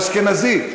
הוא אשכנזי.